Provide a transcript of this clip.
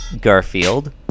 Garfield